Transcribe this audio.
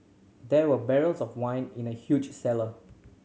there were barrels of wine in the huge cellar